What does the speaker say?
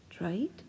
right